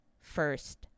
first